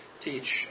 teach